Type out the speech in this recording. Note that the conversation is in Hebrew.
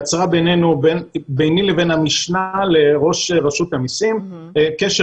היא יצרה ביני לבין המשנה לראש רשות המיסים קשר